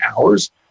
hours